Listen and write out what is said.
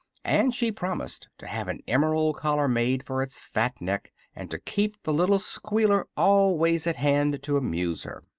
and she promised to have an emerald collar made for its fat neck and to keep the little squealer always at hand to amuse her.